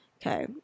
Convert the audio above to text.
okay